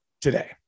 today